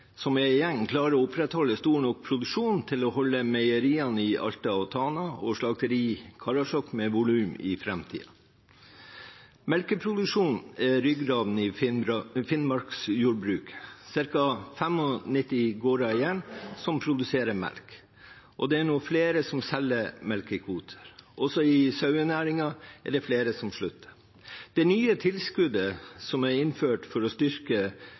som er igjen, klarer å opprettholde stor nok produksjon til å holde meieriene i Alta og Tana og slakteriet i Karasjok med volum i framtiden. Melkeproduksjonen er ryggraden i Finnmarks jordbruk. Cirka 95 gårder som produserer melk, er igjen. Det er flere som nå selger melkekvoter. Også i sauenæringen er det flere som slutter. Det nye tilskuddet som er innført for å styrke